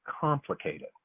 complicated